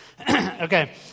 Okay